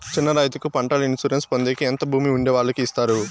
చిన్న రైతుకు పంటల ఇన్సూరెన్సు పొందేకి ఎంత భూమి ఉండే వాళ్ళకి ఇస్తారు?